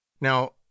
Now